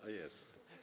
A, jest.